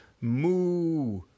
moo